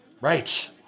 Right